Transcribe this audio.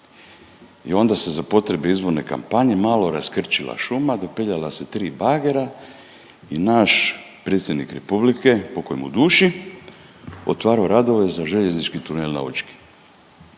i onda se za potrebe izborne kampanje malo raskrčila šuma, dopeljala se 3 bagera i naš Predsjednik Republike, pokoj mi duši, otvarao radove za željeznički tunel na Učki.